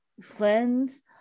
friends